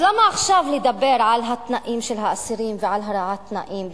אז למה עכשיו לדבר על התנאים של האסירים ועל הרעת תנאים,